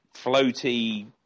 floaty